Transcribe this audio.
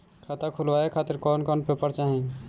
खाता खुलवाए खातिर कौन कौन पेपर चाहीं?